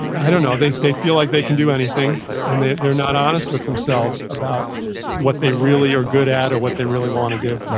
i don't know, they they feel like they can do anything and they're not honest with themselves about what they really are good at or what they really want to do right.